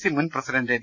C മുൻ president V